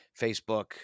Facebook